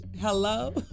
Hello